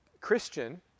Christian